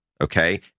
okay